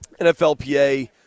NFLPA